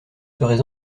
serez